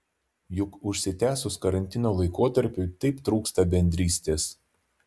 juk užsitęsus karantino laikotarpiui taip trūksta bendrystės